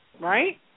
Right